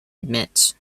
emits